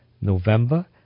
November